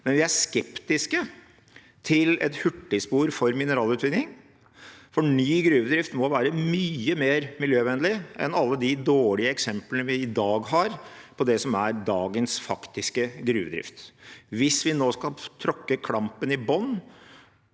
er vi skeptiske til et hurtigspor for mineralutvinning, for ny gruvedrift må være mye mer miljøvennlig enn alle de dårlige eksemplene vi i dag har på det som er dagens faktiske gruvedrift. Hvis vi nå skal tråkke klampen i bånn,